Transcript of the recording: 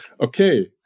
okay